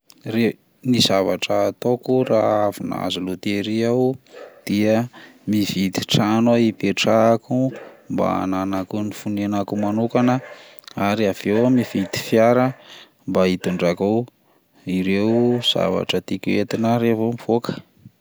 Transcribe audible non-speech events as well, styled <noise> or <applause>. Re- ny zavatra ataoko raha avy nahazo loteria aho dia mividy trano aho hipetrahako <noise> mba hananako ny fonenako manokana <noise> ary avy eo mividy fiara mba hitondrako ireo zavatra tiako ho entina revo mivoka. <noise>